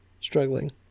struggling